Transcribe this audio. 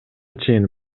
чейин